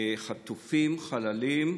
חטופים, חללים,